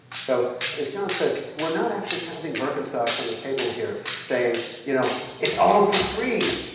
so as john says we're not actually pounding birkenstocks on the table here saying you know it's all for free.